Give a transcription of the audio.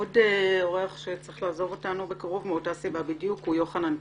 עוד אורח שצריך לעזוב אותנו בקרוב מאותה סיבה בדיוק הוא יוחנן פלסנר,